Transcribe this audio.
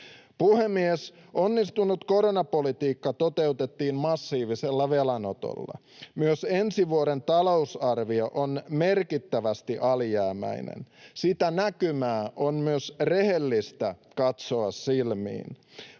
Puhemies! Onnistunut koronapolitiikka toteutettiin massiivisella velanotolla. Myös ensi vuoden talousarvio on merkittävästi alijäämäinen. Sitä näkymää on myös rehellistä katsoa silmiin.